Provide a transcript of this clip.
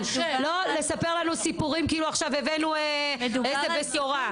לא לספר לנו סיפורים כאילו הבאנו איזו בשורה.